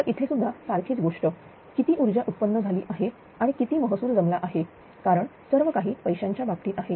तर इथे सुद्धा सारखीच गोष्ट किती ऊर्जा उत्पन्न झाली आहे आणि किती महसूल जमला आहे कारण सर्वकाही पैशांच्या बाबतीत आहे